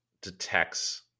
detects